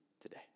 today